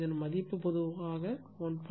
0 பொதுவாக மதிப்பு 1